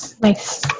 Nice